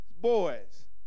boys